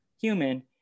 human